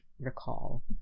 recall